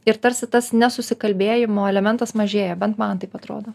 ir tarsi tas nesusikalbėjimo elementas mažėja bet man taip atrodo